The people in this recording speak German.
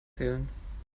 zählen